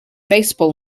baseball